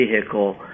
vehicle